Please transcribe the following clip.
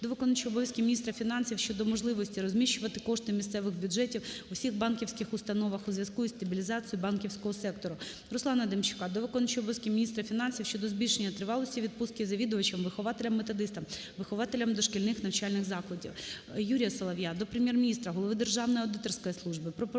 до виконуючої обов'язки міністра фінансів України щодо можливості розміщувати кошти місцевих бюджетів у всіх банківських установах у зв'язку із стабілізацією банківського сектору. Руслана Демчака до виконуючої обов'язки міністра фінансів щодо збільшення тривалості відпустки завідувачам, вихователям-методистам, вихователям дошкільних навчальних закладів. Юрія Солов'я до Прем'єр-міністра, Голови Державної аудиторської служби